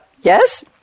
Yes